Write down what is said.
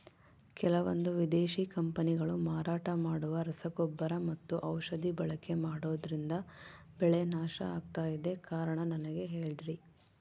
ಕೆಲವಂದು ವಿದೇಶಿ ಕಂಪನಿಗಳು ಮಾರಾಟ ಮಾಡುವ ರಸಗೊಬ್ಬರ ಮತ್ತು ಔಷಧಿ ಬಳಕೆ ಮಾಡೋದ್ರಿಂದ ಬೆಳೆ ನಾಶ ಆಗ್ತಾಇದೆ? ಕಾರಣ ನನಗೆ ಹೇಳ್ರಿ?